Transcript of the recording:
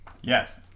Yes